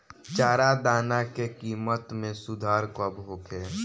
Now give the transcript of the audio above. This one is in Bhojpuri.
चारा दाना के किमत में सुधार कब होखे?